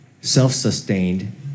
self-sustained